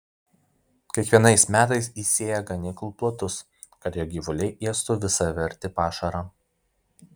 kiekvienais metais įsėja ganyklų plotus kad jo gyvuliai ėstų visavertį pašarą